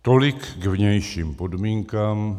Tolik k vnějším podmínkám.